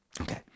Okay